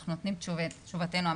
אנחנו נותנים את תשובתנו המקצועית,